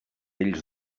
ells